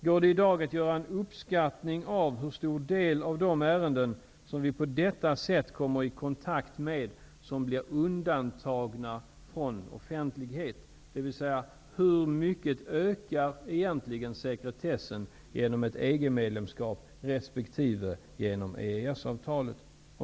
Går det i dag att göra en uppskattning av hur stor del av de ärenden som vi på detta sätt kommer i kontakt med som blir undantagna från offentlighet, dvs. hur mycket ökar egentligen sekretessen genom ett EG-medlemskap resp. genom EES-avtalet?